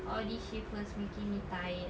all these shifts is making me tired